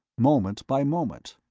moment by moment.